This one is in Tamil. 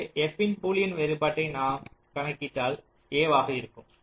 எனவே f ன் பூலியன் வேறுபாட்டை நான் கணக்கிட்டால் a ஆக இருக்கும்